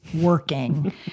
working